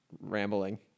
rambling